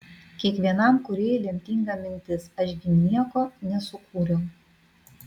kiekvienam kūrėjui lemtinga mintis aš gi nieko nesukūriau